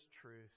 truth